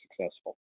successful